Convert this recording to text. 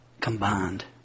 combined